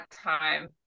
time